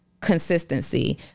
consistency